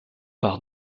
par